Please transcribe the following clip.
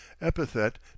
epithet